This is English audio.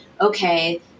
okay